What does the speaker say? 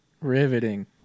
riveting